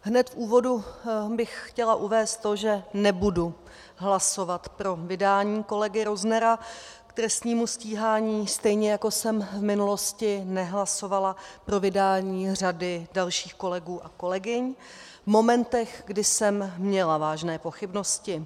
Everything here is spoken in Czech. Hned v úvodu bych chtěla uvést to, že nebudu hlasovat pro vydání kolegy Roznera k trestnímu stíhání, stejně jako jsem v minulosti nehlasovala pro vydání řady dalších kolegů a kolegyň v momentech, kdy jsem měla vážné pochybnosti.